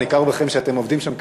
ניכר בכם שאתם עובדים שם קשה,